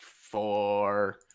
four